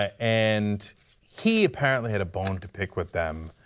ah and he apparently had a bone to pick with them.